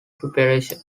preparation